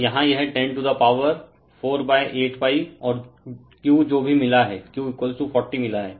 तो यहाँ यह 10 टू दा पावर 48π और Q जो भी मिला हैं Q40 मिला हैं